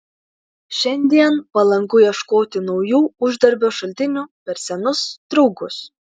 šiandien palanku ieškoti naujų uždarbio šaltinių per senus draugus